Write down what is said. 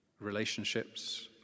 relationships